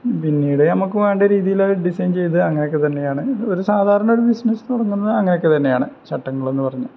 പിന്നീട് നമുക്ക് വേണ്ട രീതിയിലത് ഡിസൈൻ ചെയ്ത് അങ്ങനെയൊക്കെ തന്നെയാണ് ഒരു സാധാരണൊരു ബിസിനസ് തുടങ്ങുന്നത് അങ്ങനെയൊക്കെ തന്നെയാണ് ചട്ടങ്ങളെന്ന് പറഞ്ഞാല്